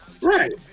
Right